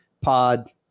pod